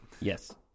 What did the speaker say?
Yes